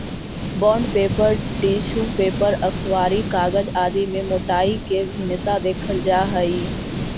bond paper, tissue paper, अखबारी कागज आदि में मोटाई के भिन्नता देखल जा हई